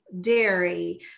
dairy